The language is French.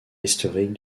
historique